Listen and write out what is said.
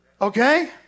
okay